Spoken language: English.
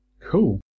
Cool